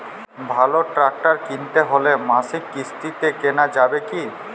ভালো ট্রাক্টর কিনতে হলে মাসিক কিস্তিতে কেনা যাবে কি?